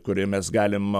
kurį galim